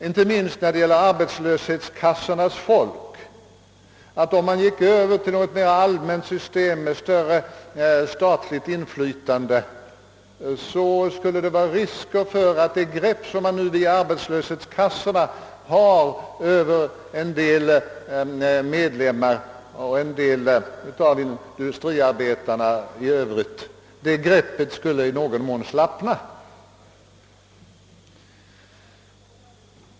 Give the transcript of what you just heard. Inte minst bland: arbetslöshetskassornas folk har det sålunda sagts, att om man gick över till ett mera allmänt system med större statligt inflytande, så kunde det vara risk för att det grepp man nu via arbetslöshetskassorna har över en del medlemmar, speciellt industriarbetarna, i någon mån skulle slappna.